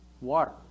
water